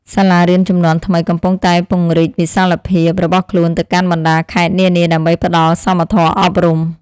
សាលារៀនជំនាន់ថ្មីកំពុងតែពង្រីកវិសាលភាពរបស់ខ្លួនទៅកាន់បណ្តាខេត្តនានាដើម្បីផ្តល់សមធម៌អប់រំ។